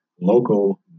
local